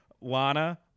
Lana